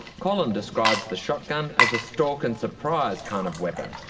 colin describes the shotgun as a stalk and surprise kind of weapon.